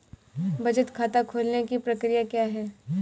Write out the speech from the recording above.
बचत खाता खोलने की प्रक्रिया क्या है?